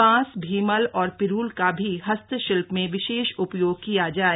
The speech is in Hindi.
बांस भीमल और पिरूल का भी हस्तशिल्प में विशेष उपयोग किया जाय